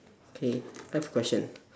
K next question